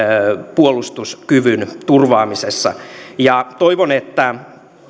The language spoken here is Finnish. puolustuskyvyn turvaamisessa toivon että